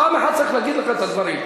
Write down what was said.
פעם אחת צריך להגיד לך את הדברים.